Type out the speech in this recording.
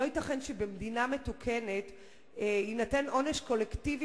לא ייתכן שבמדינה מתוקנת יינתן עונש קולקטיבי